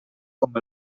com